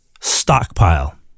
stockpile